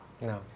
No